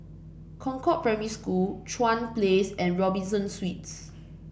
Concord Primary School Chuan Place and Robinson Suites